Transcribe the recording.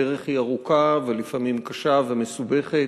הדרך היא ארוכה ולפעמים קשה ומסובכת,